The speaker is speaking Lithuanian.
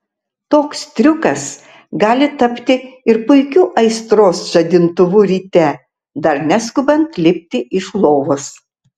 toks triukas gali tapti ir puikiu aistros žadintuvu ryte dar neskubant lipti iš lovos